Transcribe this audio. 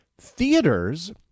Theaters